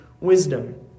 Wisdom